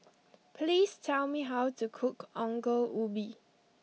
please tell me how to cook Ongol Ubi